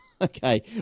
Okay